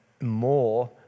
more